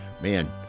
man